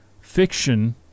fiction